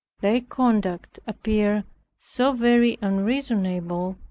their conduct appeared so very unreasonable,